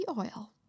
oil